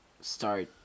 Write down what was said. start